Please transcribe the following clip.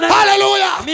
Hallelujah